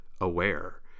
aware